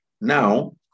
Now